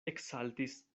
eksaltis